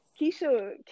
Keisha